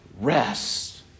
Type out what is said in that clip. rest